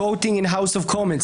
ווטינג אין האוס אופ קומנס,